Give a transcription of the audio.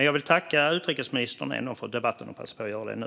Jag vill ändå tacka utrikesministern för debatten och passar på att göra det nu.